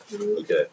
Okay